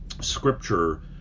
scripture